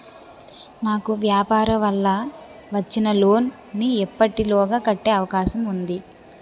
నాకు వ్యాపార వల్ల వచ్చిన లోన్ నీ ఎప్పటిలోగా కట్టే అవకాశం ఉంది?